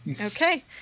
Okay